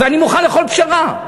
ואני מוכן לכל פשרה.